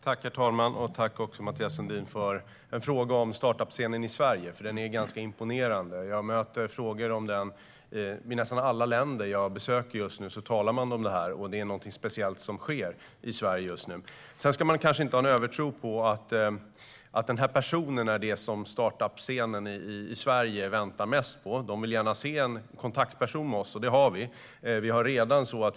Herr talman! Tack, Mathias Sundin, för en fråga om startup-scenen i Sverige. Den är imponerande. Jag möter frågor om den i nästan alla länder jag besöker. Där talas det om detta. Det är något speciellt som sker i Sverige just nu. Vi ska inte ha en övertro på att den personen är det som startup-scenen i Sverige väntar mest på. De vill gärna se en kontaktperson hos oss, och det finns.